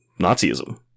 Nazism